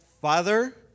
Father